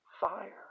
fire